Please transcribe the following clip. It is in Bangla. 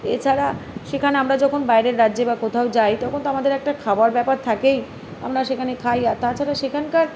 এছাড়া সেখানে আমরা যখন বাইরের রাজ্যে বা কোথাও যাই তখন তো আমাদের একটা খাওয়ার ব্যাপার থাকেই আমরা সেখানে খাই আর তাছাড়া সেখানকার